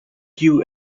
kew